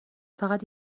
فقط